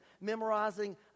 memorizing